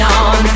on